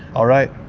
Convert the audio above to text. all right,